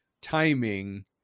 timing